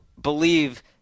believe –